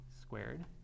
squared